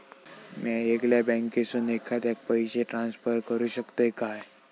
म्या येगल्या बँकेसून एखाद्याक पयशे ट्रान्सफर करू शकतय काय?